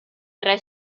tre